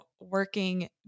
working